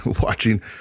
watching